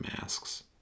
masks